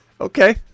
Okay